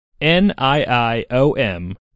N-I-I-O-M